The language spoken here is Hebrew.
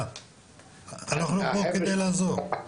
מה אנחנו פה כדי לעזור.